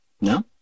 No